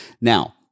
Now